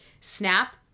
snap